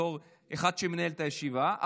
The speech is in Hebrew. בתור אחד שמנהל את הישיבה,